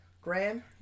Graham